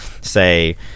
say